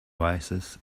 oasis